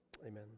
amen